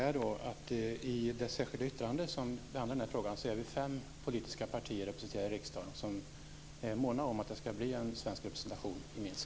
Fru talman! I det särskilda yttrande som behandlar de här frågorna är fem politiska partier som är representerade i riksdagen måna om att det skall bli en svensk representation i Minsk.